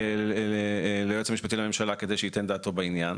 ליועץ המשפטי לממשלה כדי שייתן דעתו בעניין